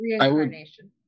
reincarnation